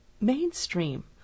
mainstream